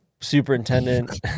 superintendent